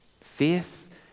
Faith